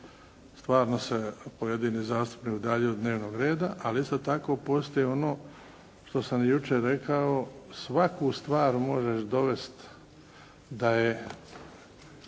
stvarno se pojedini zastupnik udaljio od dnevnog reda, ali isto tako postoji ono što sam jučer rekao, svaku stvar možeš dovesti da je